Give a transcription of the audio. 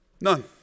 None